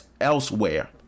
elsewhere